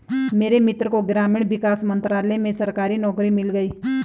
मेरे मित्र को ग्रामीण विकास मंत्रालय में सरकारी नौकरी मिल गई